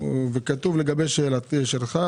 כתוב: לגבי שאלתך,